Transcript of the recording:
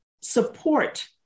support